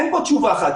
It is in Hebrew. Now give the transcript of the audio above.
אין פה תשובה אחת.